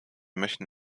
möchten